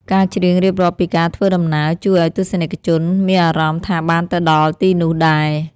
ការច្រៀងរៀបរាប់ពីការធ្វើដំណើរ ជួយឱ្យទស្សនិកជនមានអារម្មណ៍ថាបានទៅដល់ទីនោះដែរ។